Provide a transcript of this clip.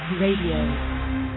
Radio